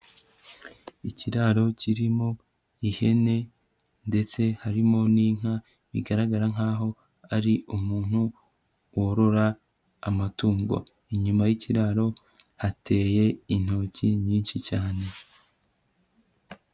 Ikiraro kirimo ihene ndetse harimo n'inka, bigaragara nkaho ari umuntu worora amatungo, inyuma y'ikiraro hateye intoki nyinshi cyane.